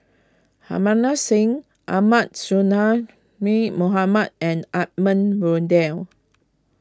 Harbans Singh Ahmad Sonhadji Mohamad and Edmund Blundell